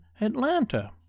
Atlanta